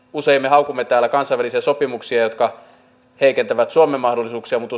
usein me haukumme täällä kansainvälisiä sopimuksia jotka heikentävät suomen mahdollisuuksia mutta